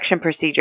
procedure